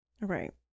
right